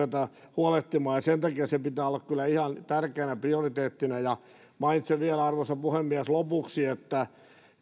huolehtimaan ja sen takia sen pitää olla kyllä ihan tärkeänä prioriteettina mainitsen vielä arvoisa puhemies lopuksi että